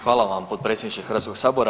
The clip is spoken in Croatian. Hvala vam potpredsjedniče Hrvatskog sabora.